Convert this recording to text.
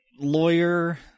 Lawyer